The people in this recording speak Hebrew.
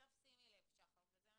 יש לנו